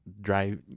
drive